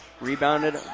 Rebounded